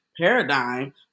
paradigm